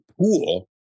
pool